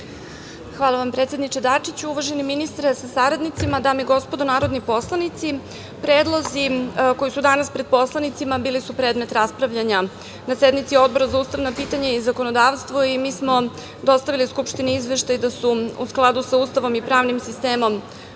Hvala vam, predsedniče Dačiću,.uvaženi ministre sa saradnicima, dame i gospodo narodni poslanici, predlozi koji su danas pred poslanicima bili su predmet raspravljanja na sednici Odbora za ustavna pitanja i zakonodavstvo. Mi smo dostavili Skupštini izveštaj da su u skladu sa Ustavom i pravnim sistemom